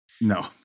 No